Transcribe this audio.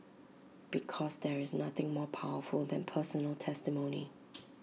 because there is nothing more powerful than personal testimony